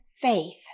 Faith